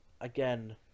again